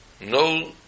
no